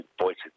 voices